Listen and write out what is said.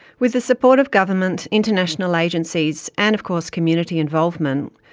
with the support of government, international agencies and, of course, community involvement,